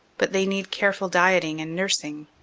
but they need careful dieting and nursing.